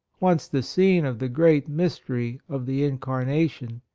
once the scene of the great mystery of the incarnation,